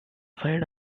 fired